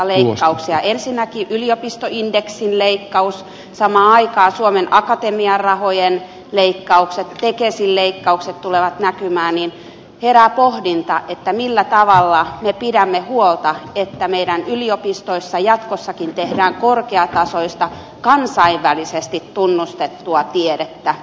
kun on ensinnäkin yliopistoindeksin leikkaus samaan aikaan suomen akatemian rahojen leikkaukset tekesin leikkaukset tulevat näkymään niin herää pohdinta millä tavalla me pidämme huolta että meidän yliopistoissamme jatkossakin tehdään korkeatasoista kansainvälisesti tunnustettua tiedettä